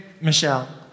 Michelle